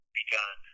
begun